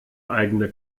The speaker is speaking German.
eigene